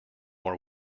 more